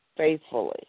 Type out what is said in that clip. faithfully